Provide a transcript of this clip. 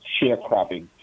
sharecropping